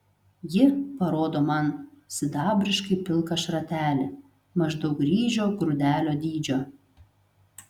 ji parodo man sidabriškai pilką šratelį maždaug ryžio grūdelio dydžio